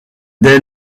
dès